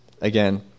again